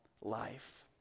life